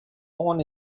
born